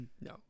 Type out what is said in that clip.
No